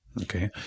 Okay